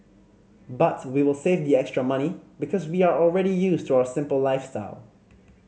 but we will save the extra money because we are already used to our simple lifestyle